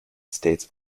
states